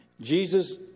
Jesus